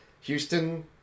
Houston